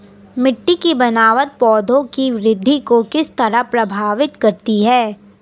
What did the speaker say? मिटटी की बनावट पौधों की वृद्धि को किस तरह प्रभावित करती है?